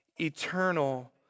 eternal